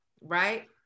right